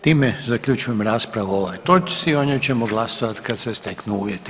Time zaključujem raspravu o ovoj točci, o njoj ćemo glasovati kad se steknu uvjeti.